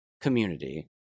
community